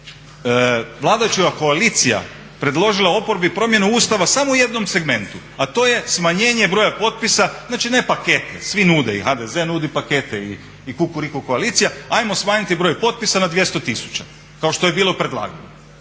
da je vladajuća koalicija predložila oporbi promjenu Ustava samo u jednom segmentu a to je smanjenje broja potpisa, znači ne pakete, svi nude i HDZ nudi pakete i kukuriku koalicija, ajmo smanjiti broj potpisa na 200 tisuća kao što je bilo predlagano.